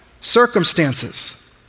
circumstances